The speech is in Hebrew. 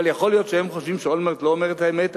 אבל יכול להיות שהם חושבים שאולמרט לא אומר את האמת,